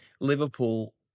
Liverpool